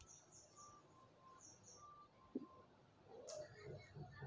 ವ್ಯಾಪಾರದಲ್ಲಿ ಯಾವ ರೇತಿ ವ್ಯಾಪಾರಗಳು ಅವರಿ?